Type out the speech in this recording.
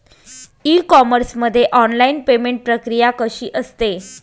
E commerce मध्ये online payment प्रक्रिया कशी असते?